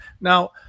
Now